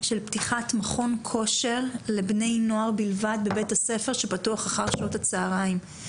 של פתיחת מכון כושר לבני נוער בלבד בבית הספר שפתוח אחר שעות הצוהריים.